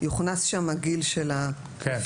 יוכנס שם הגיל של הנפגע.